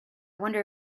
wonder